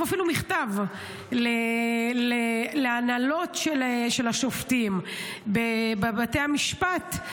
אפילו מכתב להנהלות של השופטים בבתי המשפט,